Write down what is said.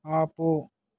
ఆపు